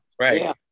Right